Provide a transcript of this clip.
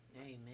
Amen